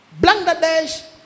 Bangladesh